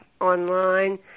online